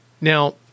Now